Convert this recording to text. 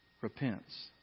repents